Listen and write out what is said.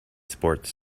sports